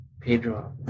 Pedro